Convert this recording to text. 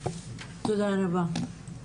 תודה רבה.